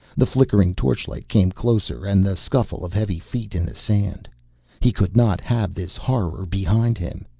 the flickering torchlight came closer and the scuffle of heavy feet in the sand he could not have this horror behind him.